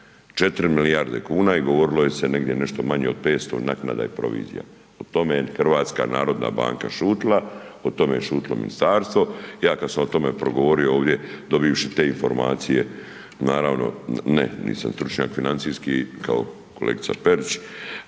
4 milijarde kuna i govorilo je se negdje nešto manje od 500, naknada i provizija, o tome je HNB šutila, o tome je šutilo ministarstvo, ja kad sam o tome progovorio ovdje dobivši te informacije, naravno, ne nisam stručnjak financijski kao kolegica Perić,